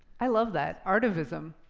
i love that, artivism.